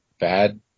bad